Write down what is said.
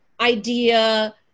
idea